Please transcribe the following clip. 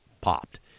popped